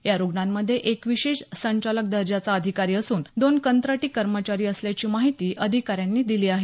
या रुग्णांमधे एक विशेष संचालक दर्जाचा अधिकारी असून दोन कंत्राटी कर्मचारी असल्याची माहिती अधिकाऱ्यांनी दिली आहे